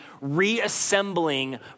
reassembling